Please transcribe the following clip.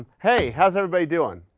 hey, how's everybody doing?